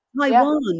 Taiwan